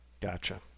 Gotcha